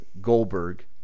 Goldberg